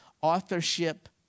authorship